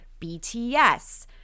BTS